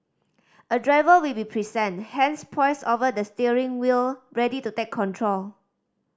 a driver will be present hands poised over the steering wheel ready to take control